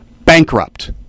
bankrupt